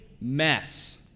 mess